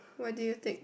what do you take